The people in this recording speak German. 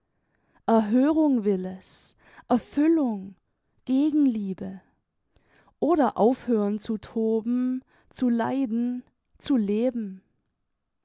erhörung will es erfüllung gegenliebe oder aufhören zu toben zu leiden zu leben